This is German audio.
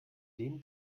dem